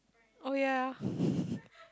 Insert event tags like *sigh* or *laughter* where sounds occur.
oh ya *laughs*